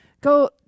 Go